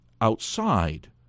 outside